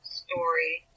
story